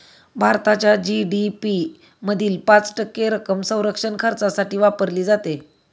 भारताच्या जी.डी.पी मधील पाच टक्के रक्कम संरक्षण खर्चासाठी वापरली जाते